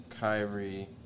Kyrie